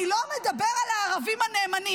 אני לא מדבר על הערבים הנאמנים.